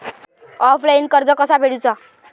Offline कर्ज कसा फेडूचा?